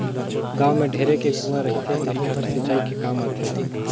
गाँव में ढेरे के कुँआ रहथे तेहूं हर सिंचई के काम आथे